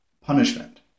punishment